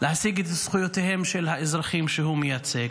להשיג את זכויותיהם של האזרחים שהוא מייצג?